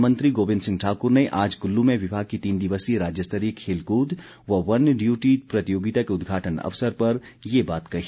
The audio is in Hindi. वनमंत्री गोविंद सिंह ठाकुर ने आज कुल्लू में विभाग की तीन दिवसीय राज्य स्तरीय खेलकूद व वन डयूटी प्रतियोगिता के उदघाटन अवसर पर ये बात कही